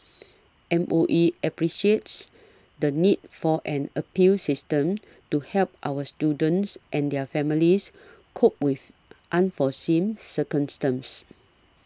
M O E appreciates the need for an appeals system to help our students and their families cope with unforeseen circumstances